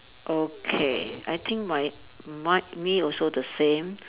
okay I think my my me also the same